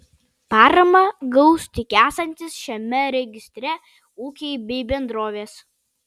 paramą gaus tik esantys šiame registre ūkiai bei bendrovės